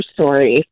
story